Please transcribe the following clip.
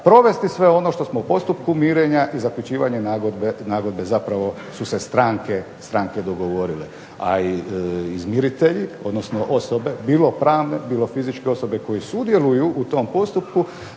provesti sve ono što smo u postupku mirenja i zaključivanja nagodbe zapravo su se stranke dogovorile. A izmiritelji odnosno osobe, bilo pravne, bilo fizičke osobe koje sudjeluju u tom postupku,